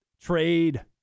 Trade